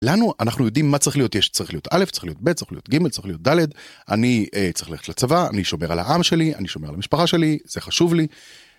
לנו אנחנו יודעים מה צריך להיות. יש צריך להיות א', צריך להיות ב', צריך להיות ג', צריך להיות ד', אני צריך ללכת לצבא, אני שומר על העם שלי, אני שומר על המשפחה שלי, זה חשוב לי.